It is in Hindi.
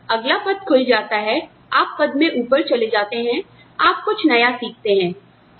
और जब अगला पद खुल जाता है आप पद में ऊपर चले जाते हैं आप कुछ नया सीखते हैं